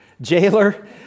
jailer